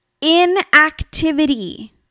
inactivity